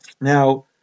Now